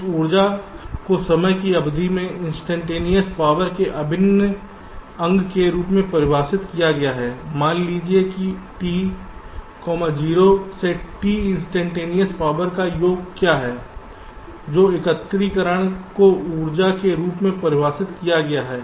इस ऊर्जा को समय की अवधि में इंस्टैन्टेनियस पावर के अभिन्न अंग के रूप में परिभाषित किया गया है मान लीजिए कि T 0 से T इंस्टैन्टेनियस पावर का योग क्या है जो एकत्रीकरण को ऊर्जा के रूप में परिभाषित किया गया है